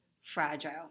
fragile